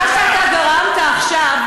מה שאתה גרמת עכשיו,